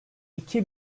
iki